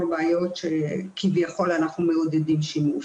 בעיות לפיהן כביכול אנחנו מעודדים שימוש.